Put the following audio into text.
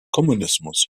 kommunismus